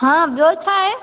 हा ॿियो छा आहे